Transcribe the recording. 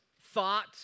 thought